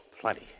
Plenty